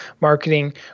marketing